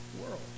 world